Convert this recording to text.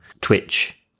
Twitch